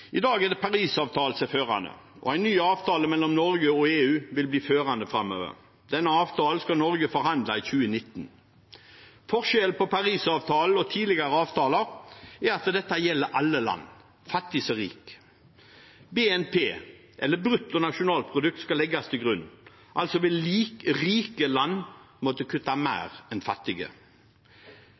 i dag er det Parisavtalen som er førende, og en ny avtale mellom Norge og EU vil bli førende framover. Denne avtalen skal Norge forhandle i 2019. Forskjellen på Parisavtalen og tidligere avtaler er at dette gjelder alle land, fattige som rike. BNP, eller brutto nasjonalprodukt, skal legges til grunn – altså vil rike land måtte kutte mer enn fattige.